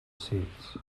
seats